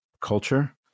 culture